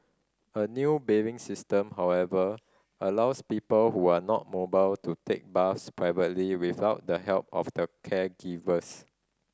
a new bathing system however allows people who are not mobile to take baths privately without the help of the caregivers